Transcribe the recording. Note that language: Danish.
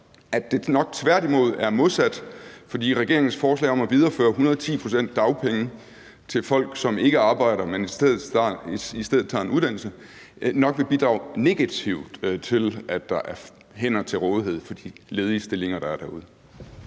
at det nok tværtimod er modsat, fordi regeringens forslag om at videreføre 110 pct. dagpenge til folk, som ikke arbejder, men i stedet tager en uddannelse, nok vil bidrage negativt til, at der er hænder til rådighed for de ledige stillinger, der er derude.